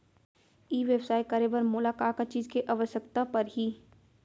ई व्यवसाय करे बर मोला का का चीज के आवश्यकता परही?